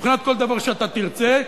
מבחינת כל דבר שאתה תרצה,